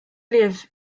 live